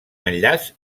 enllaç